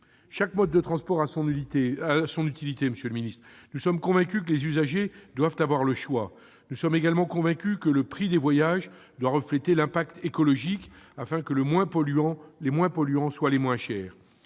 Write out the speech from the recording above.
chaque mode de transport a son utilité. Nous sommes convaincus que les usagers doivent avoir le choix. Nous sommes également convaincus que le prix des voyages doit refléter l'impact écologique, afin que les moins polluants soient les moins chers.